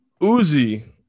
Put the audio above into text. Uzi